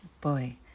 boy